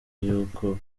y’uko